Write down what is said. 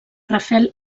rafel